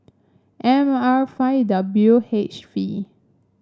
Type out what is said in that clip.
M R five W H V